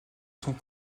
sont